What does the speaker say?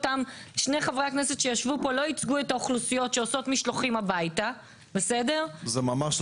זה חלק מהעלות של אדם שיודע שהוא מקבל